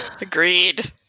Agreed